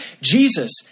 Jesus